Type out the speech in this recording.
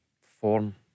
form